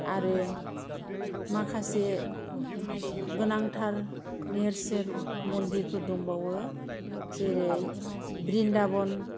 आरो माखासे गोनांथार नेरसोन मन्दिरफोर दंबावो जेरै ब्रिन्दाबन